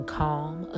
calm